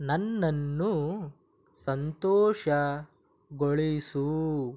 ನನ್ನನ್ನು ಸಂತೋಷಗೊಳಿಸು